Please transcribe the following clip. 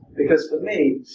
because for me,